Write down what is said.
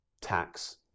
Tax